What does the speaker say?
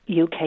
UK